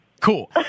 Cool